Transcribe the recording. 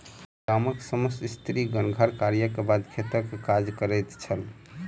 गामक समस्त स्त्रीगण घर कार्यक बाद खेतक काज करैत छल